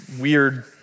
weird